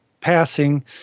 passing